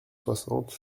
soixante